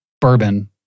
bourbon